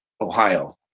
Ohio